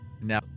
Now